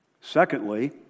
Secondly